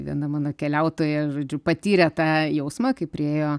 viena mano keliautoja žodžiu patyrė tą jausmą kai priėjo